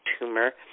tumor